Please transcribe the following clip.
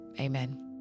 amen